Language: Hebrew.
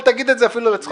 אל תגיד את זה אפילו בצחוק.